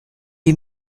you